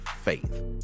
faith